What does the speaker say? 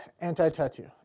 anti-tattoo